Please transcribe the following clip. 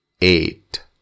eight